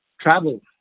travel